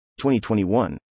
2021